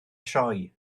sioe